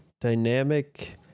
Dynamic